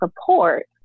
support